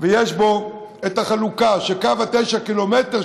ויש בו את החלוקה של קו התשעה קילומטרים,